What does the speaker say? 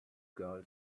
girl